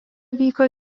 vyko